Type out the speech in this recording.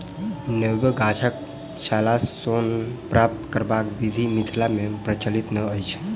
नेबो गाछक छालसँ सोन प्राप्त करबाक विधि मिथिला मे प्रचलित नै अछि